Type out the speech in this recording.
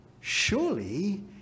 Surely